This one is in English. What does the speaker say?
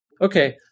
Okay